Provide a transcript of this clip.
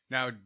Now